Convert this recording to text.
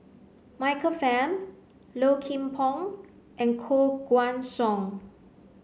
Michael Fam Low Kim Pong and Koh Guan Song